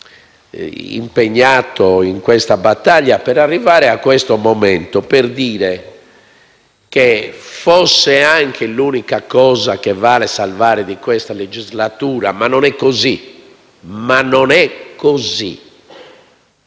impegnati in questa battaglia per arrivare a questo momento. Fosse anche l'unica cosa che vale salvare di questa legislatura (ma non è così e lo dico